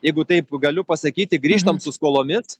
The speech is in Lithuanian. jeigu taip galiu pasakyti grįžtam su skolomis